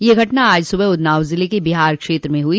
यह घटना आज सुबह उन्नाव जिले के बिहार क्षेत्र में हुई